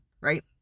right